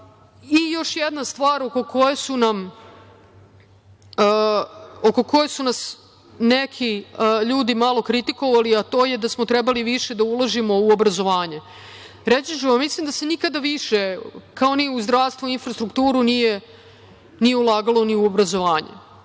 jedna stvar oko koje su nas neki ljudi malo kritikovali, a to je da smo trebali više da uložimo u obrazovanje. Reći ću vam, mislim da se nikada više, kao ni u zdravstvu, infrastrukturu nije ulagalo ni u obrazovanje.